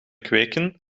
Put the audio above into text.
kweken